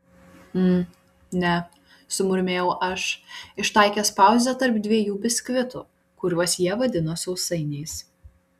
mm ne sumurmėjau aš ištaikęs pauzę tarp dviejų biskvitų kuriuos jie vadino sausainiais